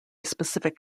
specific